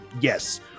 Yes